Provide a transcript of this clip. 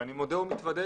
ואני מודה ומתוודה,